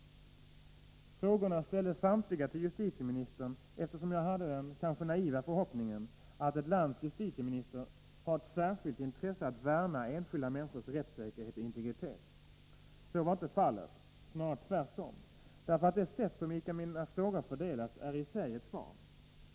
Samtliga frågor ställdes till justitieministern, eftersom jag hade den — kanske naiva — förhoppningen att ett lands justitieminister har ett särskilt intresse av att värna enskilda människors rättssäkerhet och integritet. Så var inte fallet — snarare tvärtom. Det sätt på vilket mina frågor har fördelats är i sig ett svar.